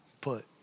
put